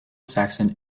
saxon